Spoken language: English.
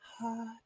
Hot